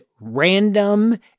random